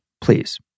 please